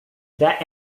that